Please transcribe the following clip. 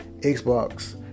Xbox